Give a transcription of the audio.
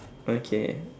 okay